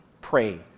pray